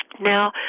Now